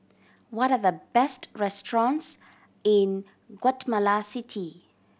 what are the best restaurants in Guatemala City